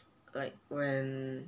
like when